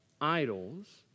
Idols